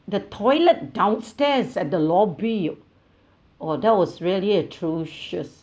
the toilet downstairs at the lobby oh that was really atrocious